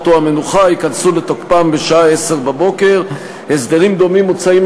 או המנוחה ייכנסו לתוקפם בשעה 10:00. הסדרים דומים מוצעים,